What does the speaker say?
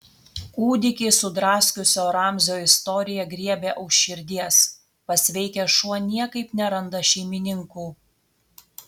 kūdikį sudraskiusio ramzio istorija griebia už širdies pasveikęs šuo niekaip neranda šeimininkų